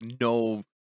no